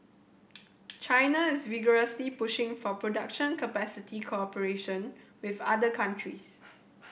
China is vigorously pushing for production capacity cooperation with other countries